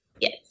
Yes